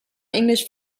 english